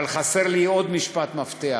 אבל חסר לי עוד משפט מפתח: